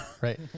Right